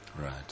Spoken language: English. Right